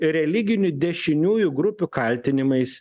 religinių dešiniųjų grupių kaltinimais